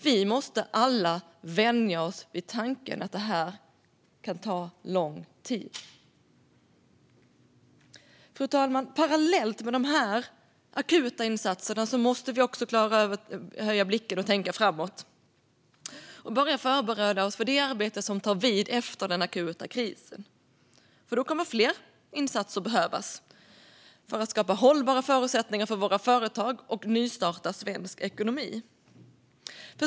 Vi måste alla vänja oss vid tanken att det kan ta lång tid. Parallellt med dessa akuta insatser måste vi också klara av att höja blicken och tänka framåt och börja förbereda oss för det arbete som tar vid efter den akuta krisen. Då kommer fler insatser att behövas för att skapa hållbara förutsättningar för våra företag och för att nystarta svensk ekonomi.